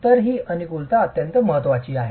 तर अनुकूलता महत्त्वाची आहे